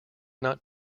not